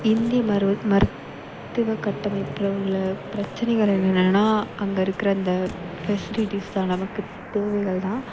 இந்திய மரு மருத்துவ கட்டமைப்பில் உள்ள பிரச்சனைகள் என்னென்னால் அங்கே இருக்கிற இந்த ஃபெசிலிட்டீஸ் தான் நமக்குத் தேவைகள் தான்